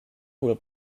were